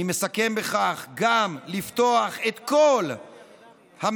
אני מסכם בכך, גם לפתוח את כל המקומות,